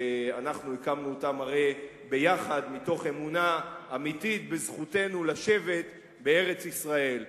שאנחנו הקמנו אותם יחד מתוך אמונה אמיתית בזכותנו לשבת בארץ-ישראל.